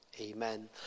Amen